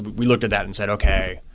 we looked at that and said, okay,